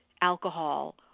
alcohol